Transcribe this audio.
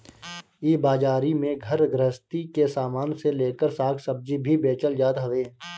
इ बाजारी में घर गृहस्ती के सामान से लेकर साग सब्जी भी बेचल जात हवे